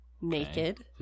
naked